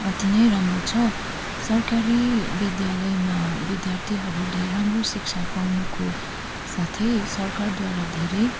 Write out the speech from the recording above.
अति नै राम्रो छ सरकारी विद्यालयमा विद्यार्थीहरूले राम्रो शिक्षा पाउनुको साथै सरकारद्वारा धेरै